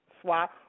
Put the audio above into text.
Swap